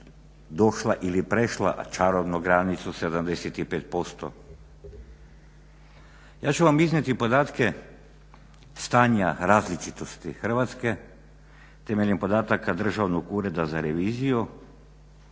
došla ili prešla čarobnu granicu 75% ja ću vam iznijeti podatke stanja različitosti Hrvatske temeljem podataka Državnog ureda za reviziju